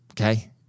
Okay